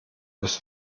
bist